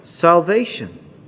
salvation